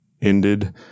ended